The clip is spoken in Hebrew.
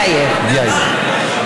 מי ימין?